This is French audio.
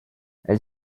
elle